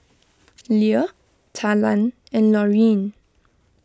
Lea Talan and Laurine